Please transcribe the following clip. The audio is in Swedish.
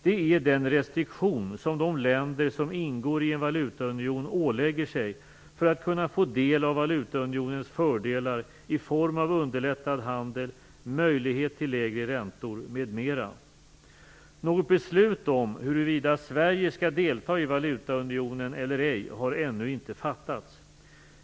Det är den restriktion som de länder som ingår i valutaunionen ålägger sig för att kunna få del av valutaunionens fördelar i form av underlättad handel, möjlighet till lägre räntor m.m. Något beslut om huruvida Sverige skall delta i valutaunionen eller ej har ännu inte fattats.